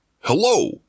Hello